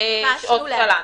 שעות תל"ן.